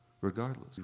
regardless